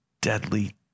deadly